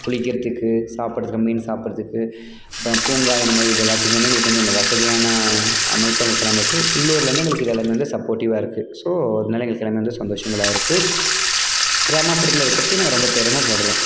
குளிக்கிறத்துக்கு சாப்பிட்றதுக்கு மீன் சாப்பிட்றதுக்கு அப்புறம் பூங்கா இந்த மாதிரி இது எல்லாத்துக்குமே வந்து எங்களுக்கு கொஞ்சம் இந்த வசதியான அமைப்பு எங்களுக்கு எல்லாமே இருக்குது உள்ளூரில் வந்து எங்களுக்கு இதெல்லாமே வந்து சப்போர்டிவ்வாக இருக்குது ஸோ அதனால எங்களுக்கு எல்லாமே வந்து சந்தோஷங்களாக இருக்குது கிராமப்புறத்தில் இருக்கிறத்துக்கு நாங்கள் ரொம்ப பெருமைப்படுறோம்